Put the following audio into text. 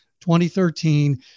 2013